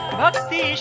Bhakti